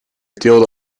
teelde